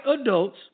adults